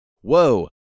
Whoa